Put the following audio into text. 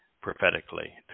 prophetically